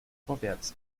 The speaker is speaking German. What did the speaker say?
vorwärts